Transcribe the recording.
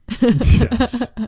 Yes